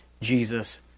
Jesus